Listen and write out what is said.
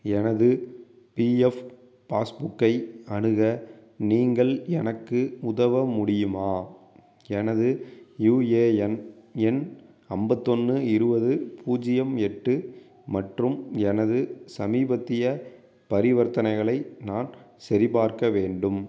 எனது பிஎஃப் பாஸ்புக்கை அணுக நீங்கள் எனக்கு உதவ முடியுமா எனது யுஏஎன் எண் ஐம்பத்தொன்னு இருபது பூஜ்யம் எட்டு மற்றும் எனது சமீபத்திய பரிவர்த்தனைகளை நான் சரிபார்க்க வேண்டும்